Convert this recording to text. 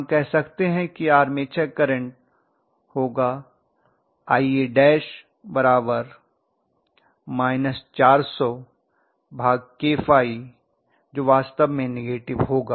हम कह सकते हैं की आर्मेचर करंट होगा Ia 400kφ जो वास्तव में नेगेटिव होगा